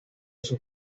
sus